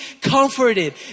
comforted